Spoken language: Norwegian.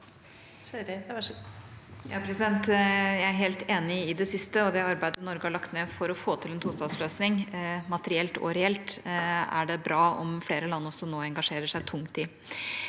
Jeg er helt enig i det siste, og det arbeidet Norge har lagt ned for å få til en tostatsløsning materielt og reelt, er det bra om også flere land nå engasjerer seg tungt i.